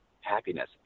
happiness